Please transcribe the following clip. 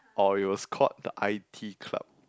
or it was called the i_t club